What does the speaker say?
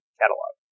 catalog